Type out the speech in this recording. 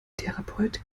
therapeut